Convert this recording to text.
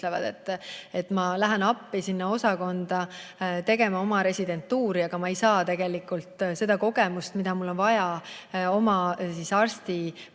et nad lähevad appi sinna osakonda tegema oma residentuuri, aga nad ei saa tegelikult seda kogemust, mida on vaja [arstiteadmiste]